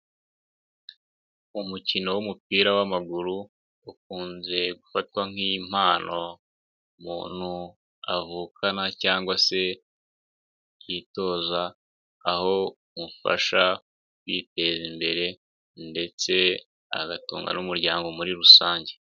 Umukino w'umupira w'amaguru ukunze gufatwa nk'impano umuntu avukana cyangwa se yitoza aho umufasha kwiteza imbere ndetse agatungwa n'umuryango muri rusange.